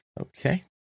Okay